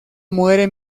muere